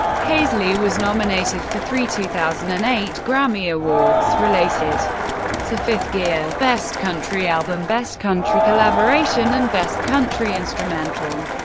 paisley was nominated for three two thousand and eight grammy awards related to fifth gear best country album, best country collaboration, and best country instrumental.